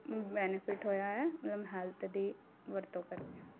benefit ਹੋਇਆ ਹੈ ਮਤਲਬ ਹੈਲਥ ਦੀ ਵਰਤੋਂ ਕਰਕੇ